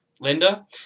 Linda